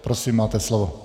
Prosím, máte slovo.